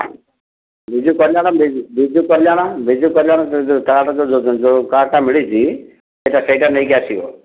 Biju Kalyan Biju Kalyan Biju Kalyan Yojana card ଯେଉଁ କାର୍ଡ଼୍ଟା ମିଳିଛି ସେଇଟା ନେଇକି ଆସିବ